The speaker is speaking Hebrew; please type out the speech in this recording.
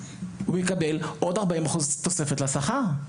הוא יקבל עוד 40% תוספת לשכר?